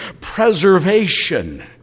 preservation